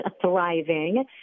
thriving